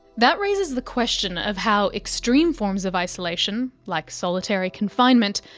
that raises the question of how extreme forms of isolation, like solitary confinement,